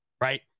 right